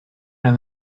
and